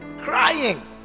crying